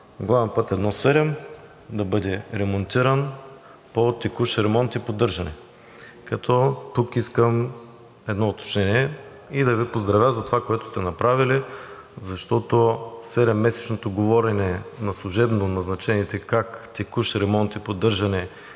главен път I-7 да бъде ремонтиран по текущи ремонти и поддържане. Тук искам едно уточнение и да Ви поздравя за това, което сте направили, защото 7-месечното говорене на служебно назначените как текущ ремонт и поддържане